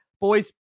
Boys